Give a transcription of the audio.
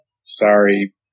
sorry